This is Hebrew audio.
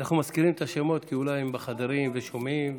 אנחנו מזכירים את השמות כי אולי הם בחדרים והם שומעים.